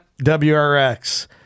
WRX